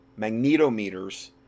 Magnetometers